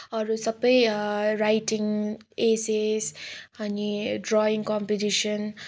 अरू सबै writing essays अनि ड्रइङ कम्पिटिसन